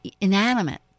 inanimate